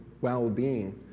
well-being